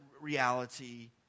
reality